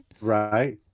Right